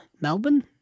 melbourne